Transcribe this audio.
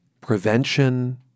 prevention